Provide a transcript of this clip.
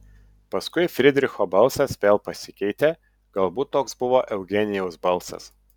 paskui frydricho balsas vėl pasikeitė galbūt toks buvo eugenijaus balsas